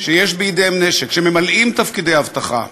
שיש בידיהם נשק, שממלאים תפקידי אבטחה,